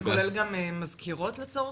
זה כולל גם מזכירות או שרתים לצורך העניין?